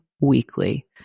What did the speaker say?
Weekly